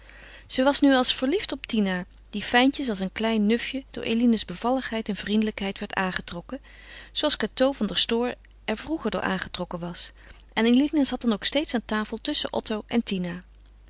zij was nu als verliefd op tina die fijntjes als een klein nufje door eline's bevalligheid en vriendelijkheid werd aangetrokken zooals cateau van der stoor er vroeger door aangetrokken was en eline zat dan ook steeds aan tafel tusschen otto en tina